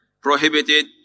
Prohibited